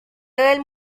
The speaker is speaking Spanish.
del